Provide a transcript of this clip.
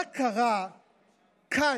מה קרה כאן